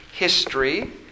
history